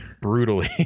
Brutally